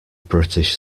british